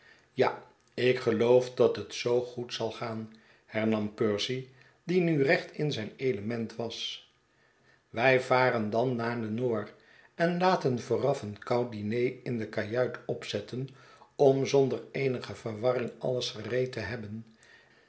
ja ik geloof dat het zoo goed zal gaan hernam percy die nu recht in zijn element was wij varen dan naar de nore en laten vooraf een koud diner in de kajuit opzetten om zonder eenige verwarring alles gereed te hebben